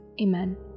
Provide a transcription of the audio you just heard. Amen